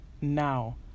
now